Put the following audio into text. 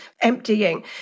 emptying